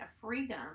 freedom